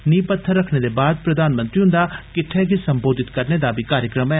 नींह पत्थर रक्खने दे बाद प्रधानमंत्री हुन्दा किट्ठै गी संबोधित करने दा बी कार्यक्रम ऐ